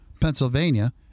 Pennsylvania